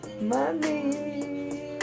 money